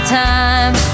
time